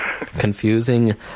Confusing